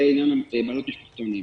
זה לעניין בעלות המשפחתונים.